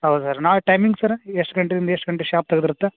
ಹೌದ್ ಸರ್ ನಾಳೆ timing sir ಎಷ್ಟು ಗಂಟೆಯಿಂದ ಎಷ್ಟು ಗಂಟೆ ಶಾಪ್ ತೆಗ್ದಿರತ್ತೆ